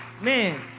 man